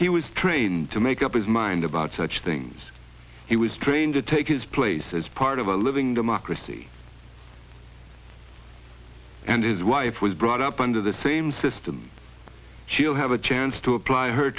he was trained to make up his mind about such things he was trained to take his place as part of a living democracy and his wife was brought up under the same system she'll have a chance to apply her